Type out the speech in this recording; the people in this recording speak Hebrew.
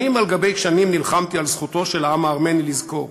שנים על גבי שנים נלחמתי על זכותו של העם הארמני לזכור.